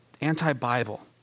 anti-Bible